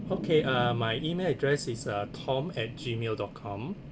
okay uh my email address is uh tom at gmail dot com